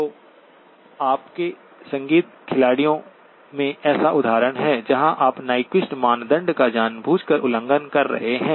तो आपके संगीत खिलाड़ियों में ऐसे उदाहरण हैं जहां आप नीक्वीस्ट मानदंड का जानबूझकर उल्लंघन कर रहे हैं